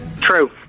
True